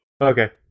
Okay